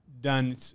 done